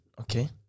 Okay